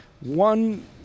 one